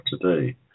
today